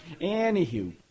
Anywho